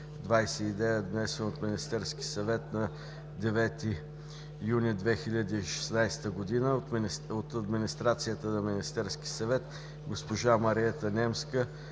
внесен от Министерския съвет, на 9 юни 2016 г.; от администрацията на Министерския съвет госпожа Мариета Немска